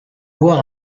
voir